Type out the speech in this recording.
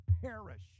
perish